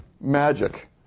magic